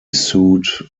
sued